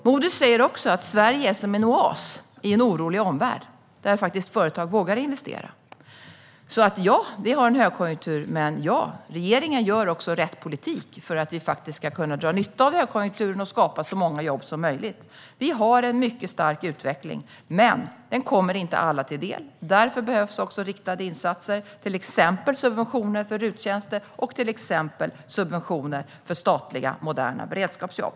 Moodys säger också att Sverige är som en oas i en orolig omvärld, där företag faktiskt vågar investera. Så ja, vi har en högkonjunktur, men regeringen för också rätt politik för att vi ska kunna dra nytta av högkonjunkturen och skapa så många jobb som möjligt. Vi har en mycket stark utveckling, men den kommer inte alla till del. Därför behövs också riktade insatser, till exempel subventioner för RUT-tjänster och subventioner för statliga moderna beredskapsjobb.